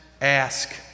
ask